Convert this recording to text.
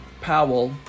Powell